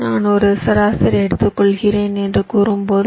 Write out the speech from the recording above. நான் ஒரு சராசரி எடுத்துக்கொள்கிறேன் என்று கூறும்போது